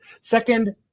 Second